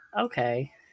okay